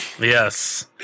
Yes